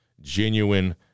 genuine